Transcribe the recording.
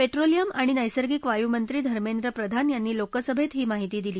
petroleum आणि नैसर्गिक वायू मंत्री धर्मेंद्र प्रधान यांनी लोकसभेत ही माहिती दिली